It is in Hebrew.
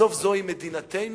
בסוף זוהי מדינתנו,